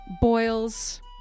boils